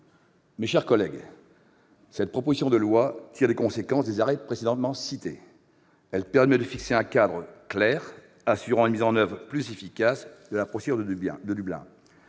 Mes chers collègues, cette proposition de loi tire les conséquences des arrêts précédemment cités. Elle permet de fixer un cadre clair assurant une mise en oeuvre plus efficace de la procédure Dublin.